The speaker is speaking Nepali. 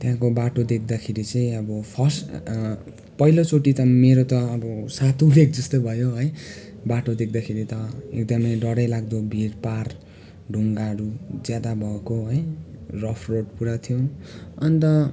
त्यहाँको बाटो देख्दाखेरि चाहिँ अब फर्स्ट पहिलोचोटि त मेरो त अब सातो जस्तो भयो है बाटो देख्दाखेरि त एकदमै डरैलाग्दो भिर पाहाड ढुङ्गाहरू ज्यादा भएको है रफ रोड पुरा थियो अन्त